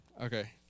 Okay